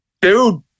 dude